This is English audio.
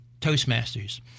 Toastmasters